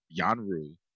Yanru